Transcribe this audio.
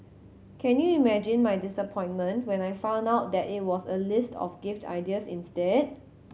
can you imagine my disappointment when I found out that it was a list of gift ideas instead